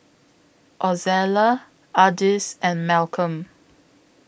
Ozella Ardis and Malcolm